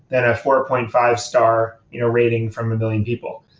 than a four point five star you know rating from a million people?